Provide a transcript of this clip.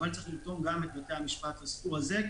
צריך לרתום גם את בתי המשפט לסיפור הזה.